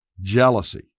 jealousy